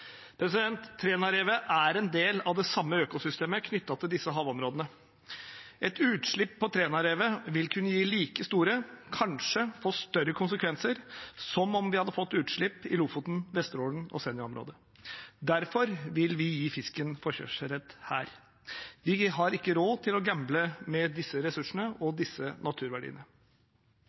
er en del av det samme økosystemet knyttet til disse havområdene. Et utslipp på Trænarevet vil kunne gi like store – kanskje få større – konsekvenser som om vi hadde fått utslipp i Lofoten-, Vesterålen- og Senja-området. Derfor vil vi gi fisken forkjørsrett her. Vi har ikke råd til å gamble med disse ressursene og disse naturverdiene.